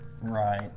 Right